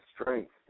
strength